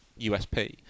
USP